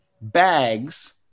bags